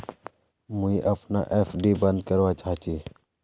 मुई अपना एफ.डी बंद करवा चहची